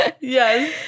Yes